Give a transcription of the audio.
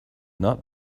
not